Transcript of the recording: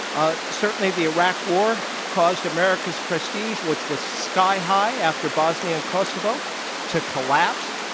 ah certainly the iraq war caused america's prestige, which was sky high after bosnia and kosovo to collapse.